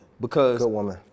because-